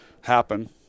happen